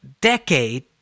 decade